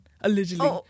allegedly